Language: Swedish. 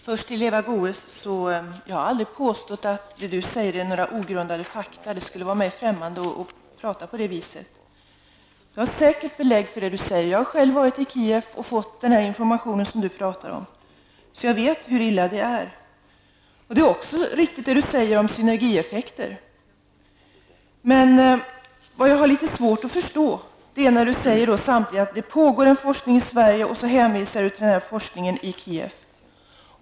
Herr talman! Först till Eva Goe s: Jag har aldrig påstått att Eva Goe s redovisar ogrundade fakta. Det skulle vara mig främmande att tala på det viset. Eva Goe s har säkert belägg för vad hon säger. Jag har själv varit i Kiev och fått den information som Eva Goe s talar om. Jag vet hur illa det är. Det Eva Goe s säger om synergieffekter är också riktigt. Vad jag har svårt att förstå är när Eva Goe s säger att det pågår en forskning i Sverige och hänvisar till forskningen i Kiev.